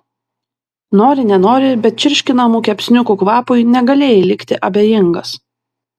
nori nenori bet čirškinamų kepsniukų kvapui negalėjai likti abejingas